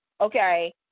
okay